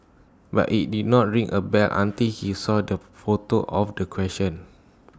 but IT did not ring A bell until he saw the photo of the question